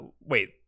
wait